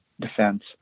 defense